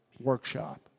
workshop